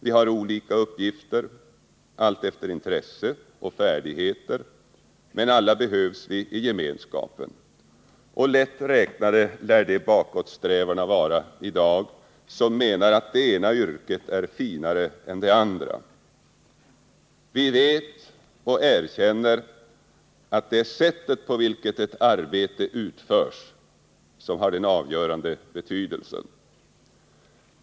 Vi har olika uppgifter alltefter intresse och färdigheter — men alla behövs vi i gemenskapen. Och lätt räknade lär de bakåtsträvare vara i dag, som menar att det ena yrket är finare än det andra. Vi vet och erkänner att det är sättet på vilket ett arbete utförs som har den avgörande betydelsen.